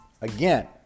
again